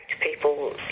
people